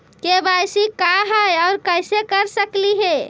KYC का है, और कैसे कर सकली हे?